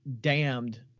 damned